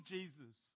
Jesus